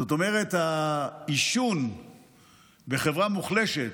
זאת אומרת, העישון בחברה מוחלשת,